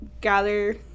gather